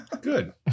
good